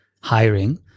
hiring